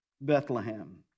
Bethlehem